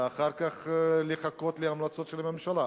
ואחר כך לחכות להמלצות של הממשלה.